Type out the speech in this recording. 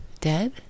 dead